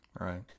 Right